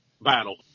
battle